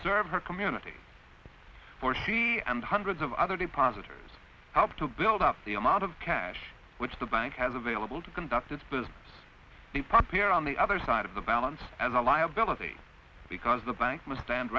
serve her community for she and hundreds of other depositors help to build up the amount of cash which the bank has available to conduct its business a poppier on the other side of the balance as a liability because the bank must stand